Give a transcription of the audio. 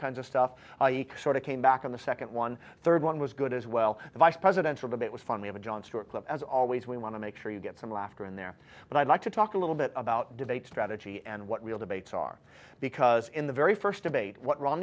kinds of stuff sort of came back in the second one third one was good as well the vice presidential debate was fun we have a jon stewart clip as always we want to make sure you get some laughter in there but i'd like to talk a little bit about debate strategy and what real debates are because in the very first debate what ro